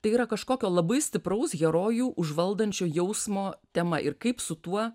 tai yra kažkokio labai stipraus herojų užvaldančio jausmo tema ir kaip su tuo